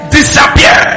Disappear